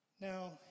Now